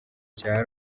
cya